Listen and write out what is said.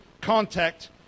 contact